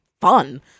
fun